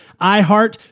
iHeart